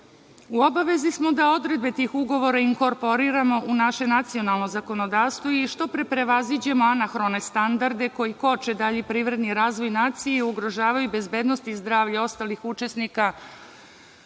u obavezi smo da odredbe tih ugovora inkorporiramo u naše nacionalno zakonodavstvo i što pre prevaziđemo anahrone standarde koji koče dalji privredni razvoj nacije i ugrožavaju bezbednost i zdravlje ostalih učesnika